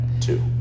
Two